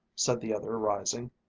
said the other, rising,